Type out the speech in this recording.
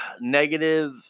negative